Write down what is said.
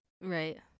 Right